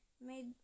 made